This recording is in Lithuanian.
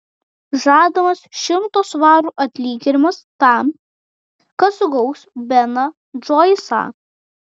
žadamas šimto svarų atlyginimas tam kas sugaus beną džoisą